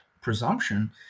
presumption